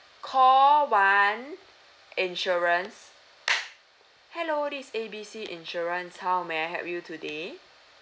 call one insurance hello this A B C insurance how may I help you today